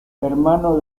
hermano